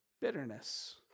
bitterness